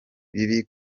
bibi